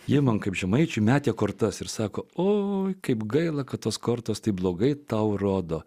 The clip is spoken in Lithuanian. jie man kaip žemaičiui metė kortas ir sako oi kaip gaila kad tos kortos taip blogai tau rodo